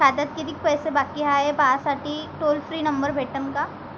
खात्यात कितीकं पैसे बाकी हाय, हे पाहासाठी टोल फ्री नंबर भेटन का?